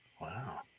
Wow